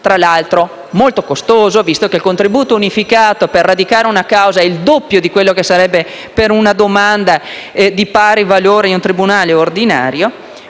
tra l'altro, è molto costoso, visto che il contributo unificato per radicare una causa è il doppio rispetto a una domanda di pari valore in un tribunale ordinario),